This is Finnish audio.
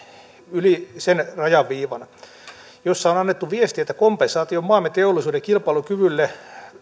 yli sen rajaviivan kirjeessä on annettu viesti että kompensaatio on maamme teollisuuden kilpailukyvylle